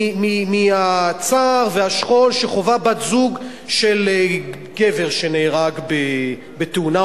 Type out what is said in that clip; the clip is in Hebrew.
מהצער והשכול שחווה בת-זוג של גבר שנהרג בתאונה,